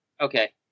Okay